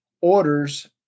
orders